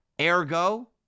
Ergo